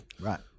Right